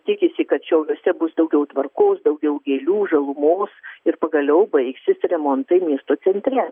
tikisi kad šiauliuose bus daugiau tvarkos daugiau gėlių žalumos ir pagaliau baigsis remontai miesto centre